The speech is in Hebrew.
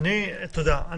תודה רבה.